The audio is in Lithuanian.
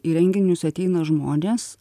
į renginius ateina žmonės